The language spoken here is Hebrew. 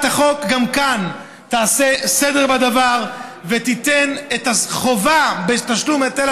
גם כאן הצעת החוק תעשה סדר בדבר ותטיל את החובה בתשלום היטל